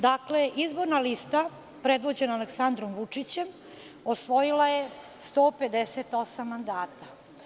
Dakle, izborna lista, predvođena Aleksandrom Vučićem, osvojila je 158 mandata.